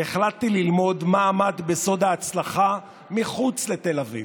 והחלטתי ללמוד מה עמד בסוד ההצלחה מחוץ לתל אביב.